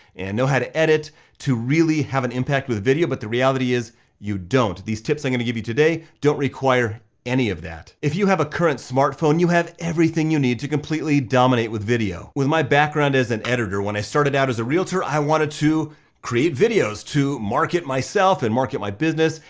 and know how to edit to really have an impact with video, but the reality is you don't. these tips i'm gonna give you today don't require any of that. if you have a current smartphone, you have everything you need to completely dominate with video. with my background as an editor, when i started out as a realtor i wanted to create videos to market myself and market my business,